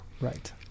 Right